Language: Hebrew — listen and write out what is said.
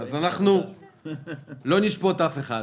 אז לא נשפוט אף אחד...